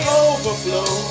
overflow